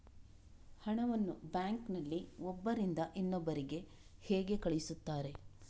ಹಣವನ್ನು ಬ್ಯಾಂಕ್ ನಲ್ಲಿ ಒಬ್ಬರಿಂದ ಇನ್ನೊಬ್ಬರಿಗೆ ಹೇಗೆ ಕಳುಹಿಸುತ್ತಾರೆ?